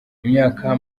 imyaka